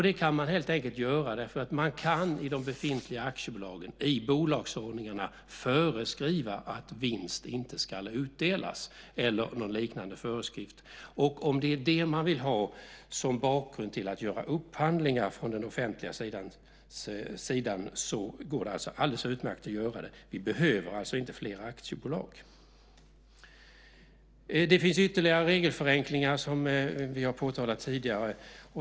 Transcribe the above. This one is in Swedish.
Det kan man göra därför att man enligt den befintliga aktiebolagslagen kan föreskriva i bolagsordningarna att vinst inte ska utdelas, eller göra någon liknande föreskrift. Om det är vad man vill ha som bakgrund till att göra upphandlingar från den offentliga sidan går det alldeles utmärkt att göra det. Vi behöver alltså inte fler typer av aktiebolag. Det finns ytterligare regelförenklingar, som vi har påtalat tidigare.